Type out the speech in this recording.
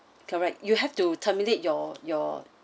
correct you have to terminate your your